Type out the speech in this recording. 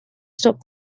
stop